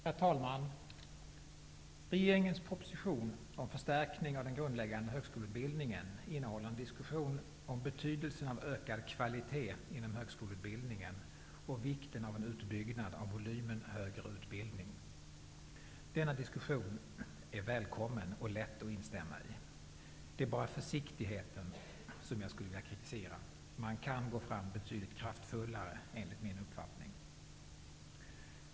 Herr talman! Regeringens proposition om förstärkning av den grundläggande högskoleutbildningen innehåller en diskussion om betydelsen av ökad kvalitet inom högskoleutbildningen och vikten av en utbyggnad av volymen inom den högre utbildningen. Denna diskussion är välkommen och lätt att instämma i. Det är bara försiktigheten som jag skulle vilja kritisera. Man kan gå fram betydligt kraftfullare enligt min uppfattning.